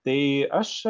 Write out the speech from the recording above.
tai aš